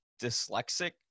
dyslexic